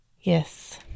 Yes